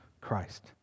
Christ